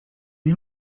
nie